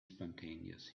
spontaneous